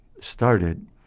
started